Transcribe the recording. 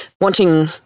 wanting